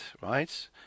right